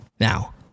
Now